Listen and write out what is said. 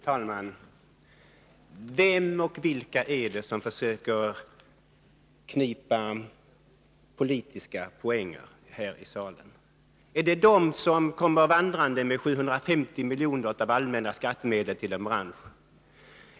Fru talman! Vem och vilka är det som försöker knipa politiska poäng här i salen? Är det de som kommer vandrande med 750 miljoner av allmänna skattemedel till en bransch?